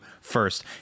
first